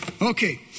Okay